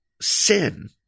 sin